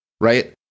right